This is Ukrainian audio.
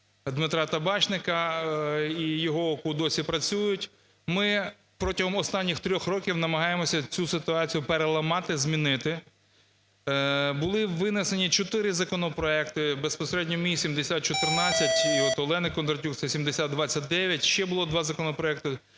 Дмитра Табачника, і його ОКУ досі працюють Ми протягом останніх трьох років намагаємося цю ситуацію переламати, змінити. Були винесені чотири законопроекти, безпосередньо мій 7014 і от Олени Кондратюк, це 7029, ще було два законопроекти,